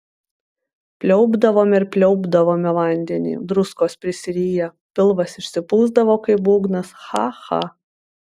pliaupdavome ir pliaupdavome vandenį druskos prisiriję pilvas išsipūsdavo kaip būgnas cha cha